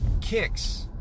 kicks